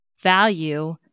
value